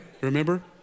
Remember